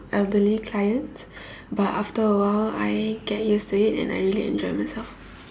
elderly clients but after a while I get used to it and I really enjoyed myself